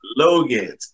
logan